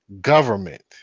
government